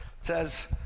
says